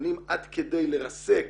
ומוכנים עד כדי לרסק